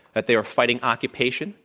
that they are fighting occupation,